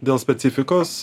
dėl specifikos